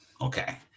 Okay